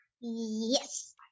Yes